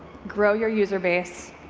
grow your user base,